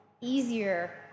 easier